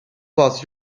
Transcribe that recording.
was